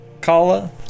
Kala